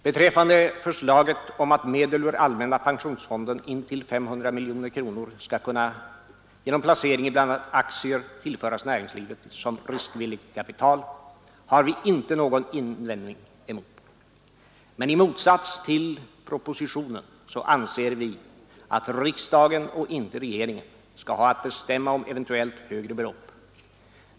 Beträffande förslaget om att medel ur allmänna pensionsfonden intill 500 miljoner kronor skall kunna genom placering i bl.a. aktier tillföras näringslivet som riskvilligt kapital har vi inte någon invändning. Men i motsats till propositionen anser vi att riksdagen och inte regeringen skall ha att bestämma om eventuellt högre belopp.